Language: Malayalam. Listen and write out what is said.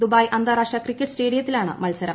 ദുബായ് അന്താരാഷ്ട്ര ക്രിക്കറ്റ് സ്റ്റേഡിയത്തിലാണ് മത്സരം